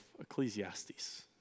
Ecclesiastes